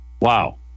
Wow